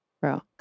bro